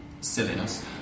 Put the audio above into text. silliness